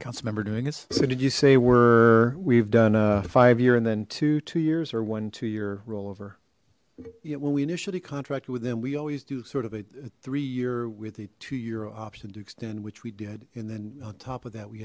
council member doing us so did you say we're we've done a five year and then two two years or one two year rollover yeah when we initially contracted with them we always do sort of a three year with a two year option to extend which we did and then on top of that we